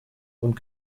und